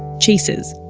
chases,